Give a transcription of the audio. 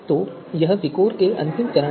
तो यह विकोर में अंतिम चरण है